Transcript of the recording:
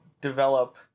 develop